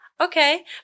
Okay